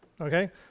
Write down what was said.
okay